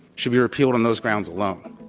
should be repealed on those grounds alone.